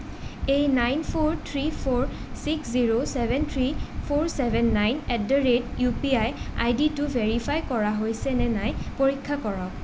এই nine four three four six zero seven three four seven nine at the rate UPI আইডিটো verify কৰা হৈছেনে নাই পৰীক্ষা কৰক